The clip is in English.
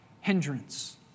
hindrance